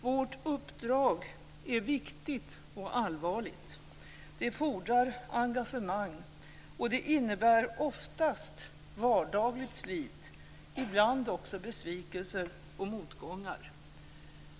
Vårt uppdrag är viktigt och allvarligt, det fordrar engagemang, och det innebär oftast vardagligt slit, ibland också besvikelser och motgångar.